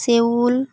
ᱥᱮᱭᱩᱞ